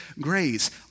grace